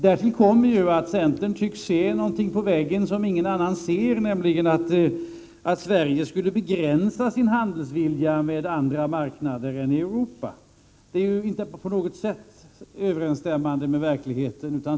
Därtill kommer att centern tycks se någonting på väggen som ingen annan ser, nämligen att Sverige skulle begränsa sin vilja att handla med andra marknader än Europa. Det är inte på något sätt överensstämmande med verkligheten.